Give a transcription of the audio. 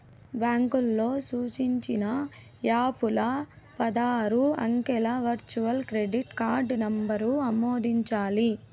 బాంకోల్లు సూచించిన యాపుల్ల పదారు అంకెల వర్చువల్ క్రెడిట్ కార్డు నంబరు ఆమోదించాలి